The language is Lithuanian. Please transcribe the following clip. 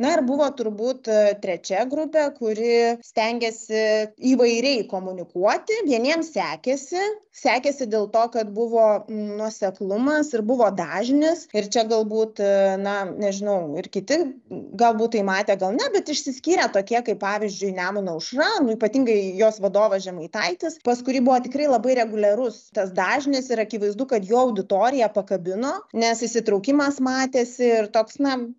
na ir buvo turbūt trečia grupė kuri stengiasi įvairiai komunikuoti vieniems sekėsi sekėsi dėl to kad buvo nuoseklumas ir buvo dažnis ir čia galbūt na nežinau ir kiti galbūt tai matė gal ne bet išsiskyrė tokie kaip pavyzdžiui nemuno aušra nu ypatingai jos vadovas žemaitaitis pas kurį buvo tikrai labai reguliarus tas dažnis ir akivaizdu kad jo auditorija pakabino nes įsitraukimas matėsi ir toks na